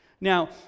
Now